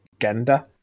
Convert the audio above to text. Genda